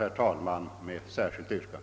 Jag återkommer med särskilt yrkande.